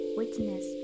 witness